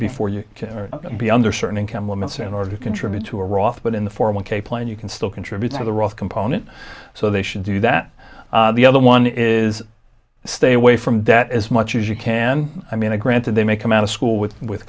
before you can be under certain income limits in order to contribute to a roth but in the four one k plan you can still contribute to the roth component so they should do that the other one is stay away from debt as much as you can i mean a granted they may come out of school with with